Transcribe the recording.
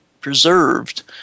preserved